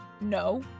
No